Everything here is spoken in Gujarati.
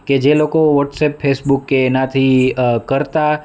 કે જે લોકો વોટ્સેપ ફેસબુક કે એનાથી કરતાં